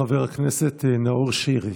חבר הכנסת נאור שירי,